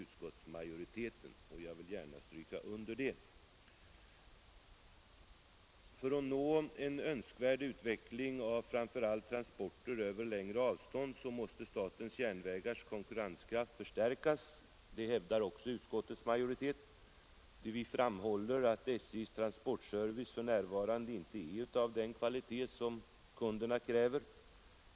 Utskottsmajoriteten framhåller vidare: ”För att nå en önskvärd utveckling av framför allt transporterna över längre avstånd måste statens järnvägars konkurrenskraft förstärkas. F.n. är i olika avseenden inte SJ:s transportservice av den kvalitet som kunderna kräver.